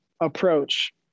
approach